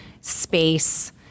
space